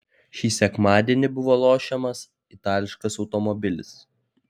šį sekmadienį buvo lošiamas itališkas automobilis